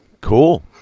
Cool